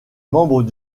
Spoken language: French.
membres